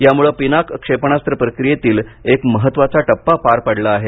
यामुळे पिनाका क्षेपणास्त्र प्रक्रियेतील एक महत्वाचा टप्पा पार पडला आहे